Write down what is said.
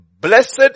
Blessed